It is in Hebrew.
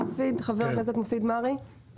חבר הכנסת מופיד מרעי, בבקשה.